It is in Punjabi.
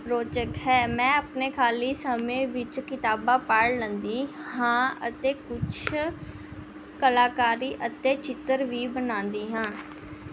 ਰੌਚਕ ਹੈ ਮੈਂ ਆਪਣੇ ਖਾਲੀ ਸਮੇਂ ਵਿੱਚ ਕਿਤਾਬਾਂ ਪੜ੍ਹ ਲੈਂਦੀ ਹਾਂ ਅਤੇ ਕੁਛ ਕਲਾਕਾਰੀ ਅਤੇ ਚਿੱਤਰ ਵੀ ਬਣਾਉਂਦੀ ਹਾਂ